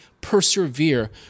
persevere